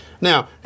Now